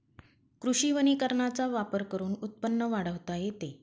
कृषी वनीकरणाचा वापर करून उत्पन्न वाढवता येते